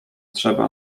trzeba